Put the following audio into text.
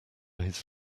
his